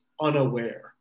unaware